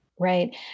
Right